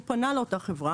הוא פנה לאותה חברה.